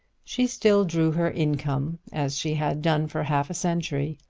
she still drew her income as she had done for half a century,